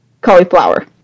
cauliflower